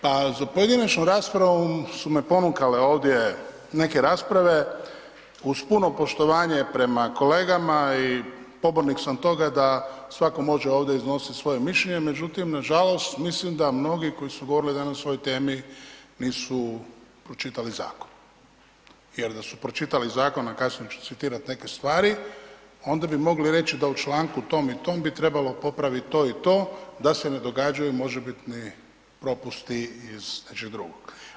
Pa za pojedinačnom raspravom su me ponukale ovdje neke rasprave uz puno poštovanje prema kolegama i pobornik sam toga da svatko može ovdje iznositi svoje mišljenje međutim nažalost mislim da mnogi koji su govorili danas o ovoj temi nisu pročitali zakon jer da su pročitali zakon a kasnije ću citirat neke stvari, onda bi mogli reći da u članku tom i tom bi trebalo popraviti to i to da se ne događaju možebitni propusti iz nečeg drugog.